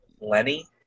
Lenny